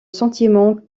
sentiment